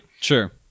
Sure